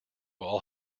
all